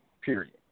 period